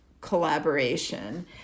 collaboration